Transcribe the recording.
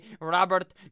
Robert